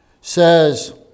says